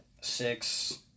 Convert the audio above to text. six